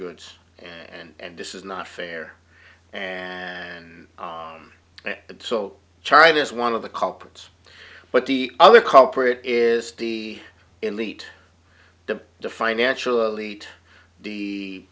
goods and this is not fair and so china is one of the culprits but the other culprit is the elite the the financial elite the